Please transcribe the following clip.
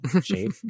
shape